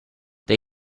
they